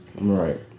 Right